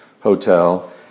hotel